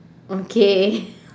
okay